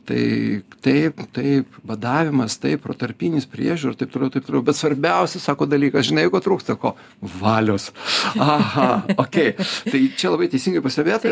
tai taip tai badavimas taip protarpinis priežiūra taip toliau taip bet svarbiausia sako dalykas žinai ko trūksta ko valios aha okei tai čia labai teisingai pastebėta